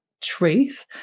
truth